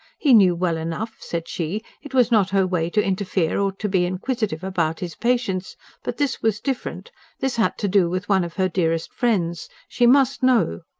he knew well enough, said she, it was not her way to interfere or to be inquisitive about his patients but this was different this had to do with one of her dearest friends she must know.